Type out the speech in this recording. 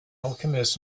alchemist